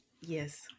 Yes